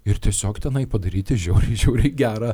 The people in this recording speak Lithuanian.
ir tiesiog tenai padaryti žiauriai žiauriai gerą